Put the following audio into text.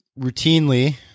routinely